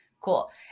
Cool